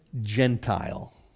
Gentile